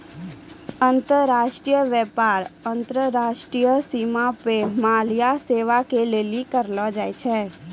अन्तर्राष्ट्रिय व्यापार अन्तर्राष्ट्रिय सीमा पे माल या सेबा के लेली करलो जाय छै